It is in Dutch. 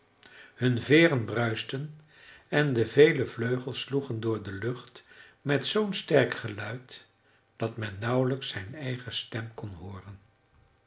hun veeren bruisten en de vele vleugels sloegen door de lucht met zoo'n sterk geluid dat men nauwelijks zijn eigen stem kon hooren